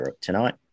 tonight